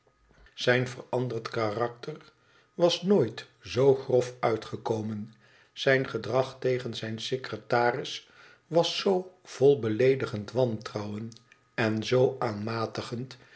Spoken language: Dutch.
zijn veranderd karakter was nooit zoo grof uitgekomen zijn gedrag tegen zijn secretaris was zoo vol beleedigend wantrouwen en zoo aanmatigend